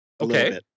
Okay